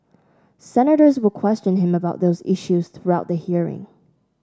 senators will question him about those issues throughout the hearing